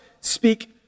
speak